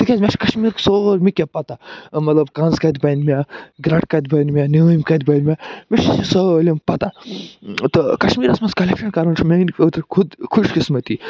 تِکیٛازِ مےٚ چھُ کشمیٖرُک سورُے مےٚ کیٛاہ پتاہ مطلب کنٛز کَتہِ بنہِ مےٚ گرٮ۪ٹہٕ کَتہِ بنہِ مےٚ نیٲم کَتہِ بَنہِ مےٚ مےٚ چھِ یہِ سٲلِم پتاہ تہٕ کشمیٖرس منٛز کۅلٮ۪کشن کَرُن چھُ میٛانہِ خٲطرٕ خود خۄش قسمتی